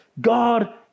God